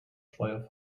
speyer